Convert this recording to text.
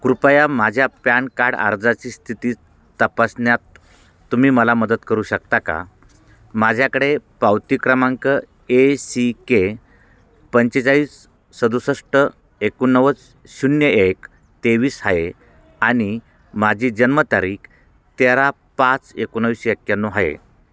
कृपया माझ्या PAN card अर्जाची स्थिती तपासण्यात तुम्ही मला मदत करू शकता का माझ्याकडे पावती क्रमांक ए सी के पंचेचाळीस सदुसष्ठ एकोणनव्वद शून्य एक तेवीस आहे आणि माझी जन्मतारीख तेरा पाच एकोणाविसशे एक्याण्णव आहे